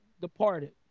departed